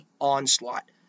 onslaught